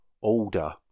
order